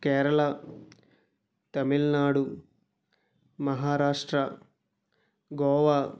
Kerala Tamil Nadu Maharashtra Goa